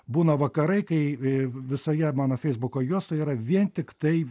būna vakarai kai vi visoje mano feisbuko juostoje yra vien tiktai